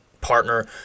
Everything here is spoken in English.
partner